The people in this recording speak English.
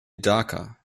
darker